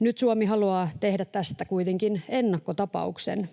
Nyt Suomi haluaa tehdä tästä kuitenkin ennakkotapauksen,